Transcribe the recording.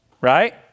Right